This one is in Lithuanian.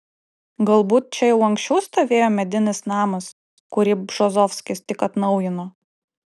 galbūt čia jau anksčiau stovėjo medinis namas kurį bžozovskis tik atnaujino